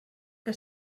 que